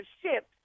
ships